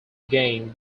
game